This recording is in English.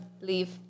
Leave